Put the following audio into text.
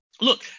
look